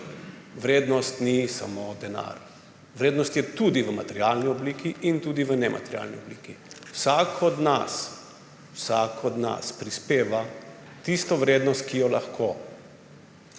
Vrednost ni samo denar. Vrednost je tudi v materialni obliki in tudi v nematerialni obliki. Vsak od nas, vsak od nas prispeva tisto vrednost, ki jo lahko.